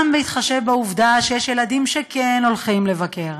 גם בהתחשב בעובדה שיש ילדים שכן הולכים לבקר